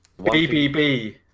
BBB